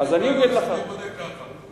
ה-OECD בודק כך.